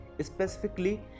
Specifically